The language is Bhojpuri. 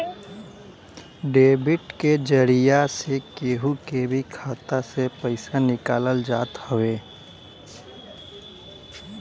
डेबिट के जरिया से केहू के भी खाता से पईसा निकालल जात हवे